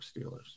Steelers